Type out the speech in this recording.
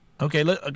Okay